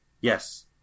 yes